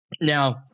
Now